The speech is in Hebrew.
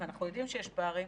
ואנחנו יודעים שיש פערים,